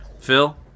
phil